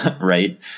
right